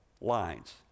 lines